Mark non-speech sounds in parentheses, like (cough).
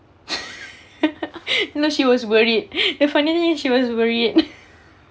(laughs) no she was worried the funny thing (laughs) she was worried